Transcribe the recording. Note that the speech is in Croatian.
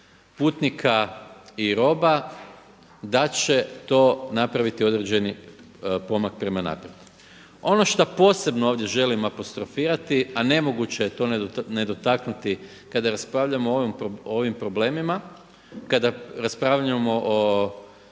putnika i roba da će to napraviti određeni pomak prema naprijed. Ono što posebno ovdje želim apostrofirati a nemoguće je to ne dotaknuti kada raspravljamo o ovim problemima, kada raspravljamo o